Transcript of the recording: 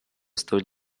столь